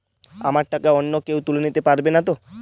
আমার টাকা অন্য কেউ তুলে নিতে পারবে নাতো?